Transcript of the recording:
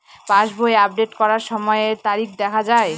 পাসবই update করার সময়ে তারিখ দেখা য়ায়?